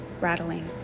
rattling